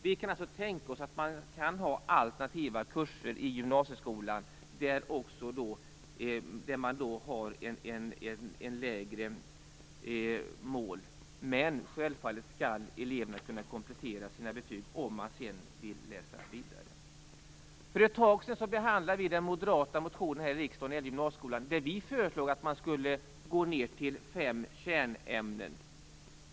Vi kan alltså tänka oss att ha alternativa kurser i gymnasieskolan där målen är lägre, men eleverna skall självfallet kunna komplettera sina betyg om de vill läsa vidare. För ett tag sedan behandlade vi här i riksdagen den moderata motion om gymnasieskolan där vi föreslog att man skulle gå ned till fem kärnämnen.